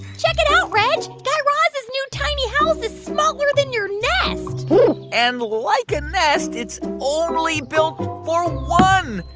check it out, reg. guy raz's new tiny house is smaller than your nest and like a nest, it's only built for one.